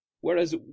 whereas